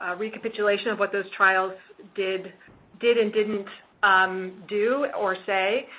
ah recapitulation of what those trials did did and didn't do or say.